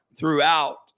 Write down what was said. throughout